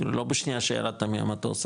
אפילו לא בשנייה שרדת במטוס,